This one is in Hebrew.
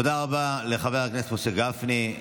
תודה רבה לחבר הכנסת משה גפני.